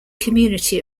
community